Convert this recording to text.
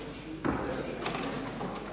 Hvala